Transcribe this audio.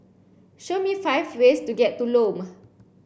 show me five ways to get to Lome